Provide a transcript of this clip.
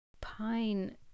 pine